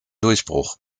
durchbruch